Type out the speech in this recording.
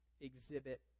exhibit